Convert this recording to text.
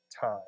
time